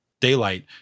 Daylight